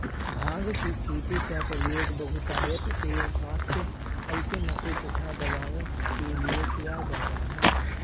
भांग की खेती का प्रयोग बहुतायत से स्वास्थ्य हल्के नशे तथा दवाओं के लिए किया जाता है